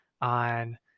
on